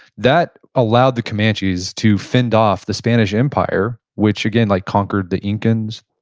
that allowed the comanches to fend off the spanish empire, which again, like conquered the incans,